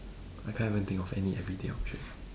I can't even think of any everyday object